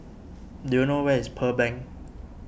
do you know where is Pearl Bank